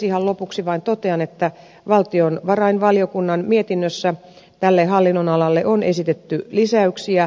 ihan lopuksi vain totean että valtiovarainvaliokunnan mietinnössä tälle hallinnonalalle on esitetty lisäyksiä